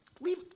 leave